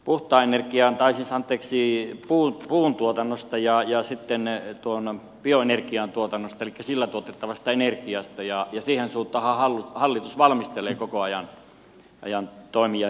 uutta energiaa tai se saa näkemykseen tästä puuntuotannosta ja sitten tuon bioenergian tuotannosta elikkä sillä tuotettavasta energiasta ja siihen suuntaanhan hallitus valmistelee koko ajan toimia